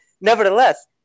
nevertheless